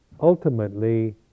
ultimately